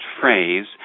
phrase